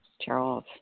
Charles